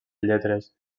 lletres